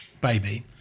baby